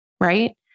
Right